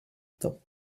temps